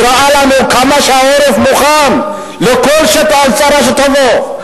הראה לנו כמה שהעורף מוכן לכל צרה שתבוא.